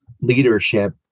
leadership